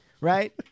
right